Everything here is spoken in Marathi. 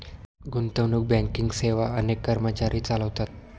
गुंतवणूक बँकिंग सेवा अनेक कर्मचारी चालवतात